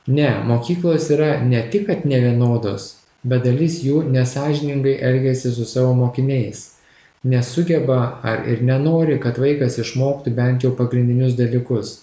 ne mokyklos yra ne tik kad nevienodos bet dalis jų nesąžiningai elgiasi su savo mokiniais nesugeba ar ir nenori kad vaikas išmoktų bent jau pagrindinius dalykus